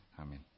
Amen